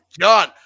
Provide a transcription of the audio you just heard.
John